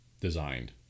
designed